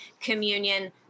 communion